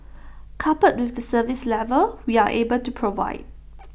coupled with the service level we are able to provide